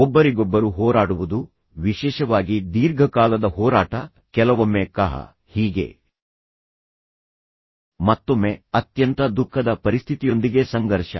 ಒಬ್ಬರಿಗೊಬ್ಬರು ಹೋರಾಡುವುದು ವಿಶೇಷವಾಗಿ ದೀರ್ಘಕಾಲದ ಹೋರಾಟ ಕೆಲವೊಮ್ಮೆ ಕಲಹ ಹೀಗೆ ಮತ್ತೊಮ್ಮೆ ಅತ್ಯಂತ ದುಃಖದ ಪರಿಸ್ಥಿತಿಯೊಂದಿಗೆ ಸಂಘರ್ಷ